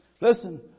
Listen